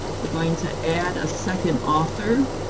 we're going to add a second author,